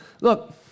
Look